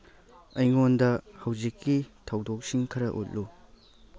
ꯑꯩꯉꯣꯟꯗ ꯍꯧꯖꯤꯛꯀꯤ ꯊꯧꯗꯣꯛꯁꯤꯡ ꯈꯔ ꯎꯠꯂꯨ